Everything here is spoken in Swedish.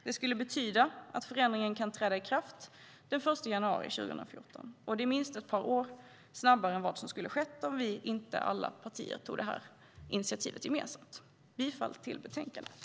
Det skulle betyda att förändringen kan träda i kraft den 1 januari 2014. Det är minst ett par år snabbare än vad som skulle ha skett om inte alla vi partier hade tagit detta initiativ gemensamt. Jag yrkar bifall till utskottets förslag i betänkandet.